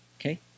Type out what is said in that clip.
okay